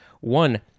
one